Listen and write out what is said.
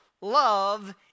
love